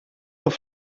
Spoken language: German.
auf